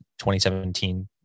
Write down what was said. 2017